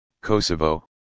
Kosovo